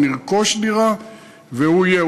או נרכוש דירה והוא יהיה,